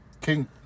King